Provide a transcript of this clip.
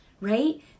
right